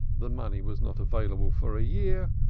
the money was not available for a year,